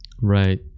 Right